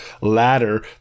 ladder